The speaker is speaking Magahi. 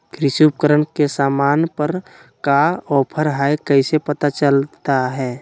कृषि उपकरण के सामान पर का ऑफर हाय कैसे पता चलता हय?